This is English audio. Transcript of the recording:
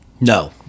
no